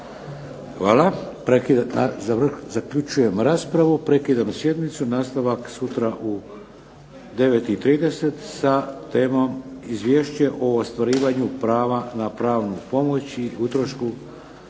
Hvala. Zaključujem raspravu. Prekidam sjednicu. Nastavak sutra u 9 i 30 sa temom izvješće o ostvarivanju prava na pravnu pomoć i utrošku